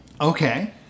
Okay